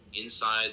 inside